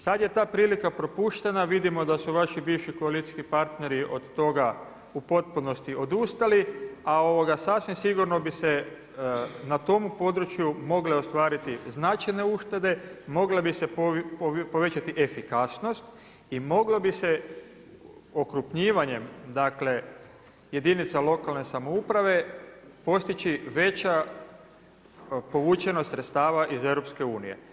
Sad je ta prilika propuštena, vidimo da su vaši bivši koalicijski partneri u potpunosti odustali, a sad sigurno bi se na tome području mogle ostvariti značajne uštede, mogla bi se povećati efikasnost, i moglo bi se okrepljivanjem jedinica lokalne samouprave postići veća povučenost sredstava iz EU.